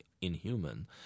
inhuman